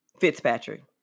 Fitzpatrick